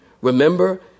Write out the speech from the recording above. remember